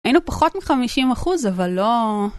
היינו פחות מחמישים אחוז, אבל לא...